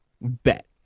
bet